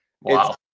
wow